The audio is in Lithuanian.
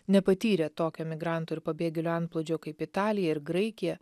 nepatyrė tokio migrantų ir pabėgėlių antplūdžio kaip italija ir graikija